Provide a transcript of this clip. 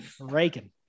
Raking